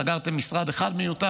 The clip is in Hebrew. סגרתם משרד אחד מיותר,